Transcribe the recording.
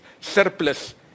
surplus